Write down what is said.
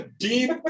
Deep